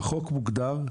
בחוק מוגדר,